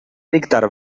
dictar